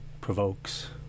provokes